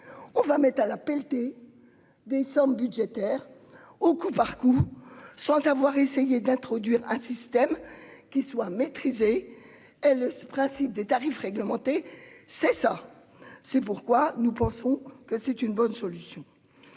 On va mettre à la pelletée des sommes budgétaires. Au coup par coup sans avoir essayé d'introduire un système qui soit maîtrisée. Elle ce principe des tarifs réglementés. C'est ça. C'est pourquoi nous pensons que c'est une bonne solution.